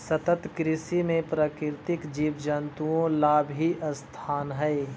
सतत कृषि में प्राकृतिक जीव जंतुओं ला भी स्थान हई